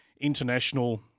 international